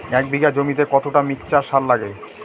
এক বিঘা জমিতে কতটা মিক্সচার সার লাগে?